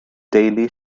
deulu